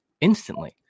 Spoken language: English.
instantly